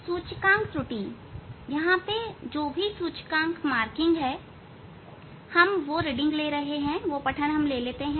सूचकांक त्रुटि यहाँ जो भी सूचकांक मार्किंग हो हम यह रीडिंग ले रहे हैं